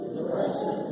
Depression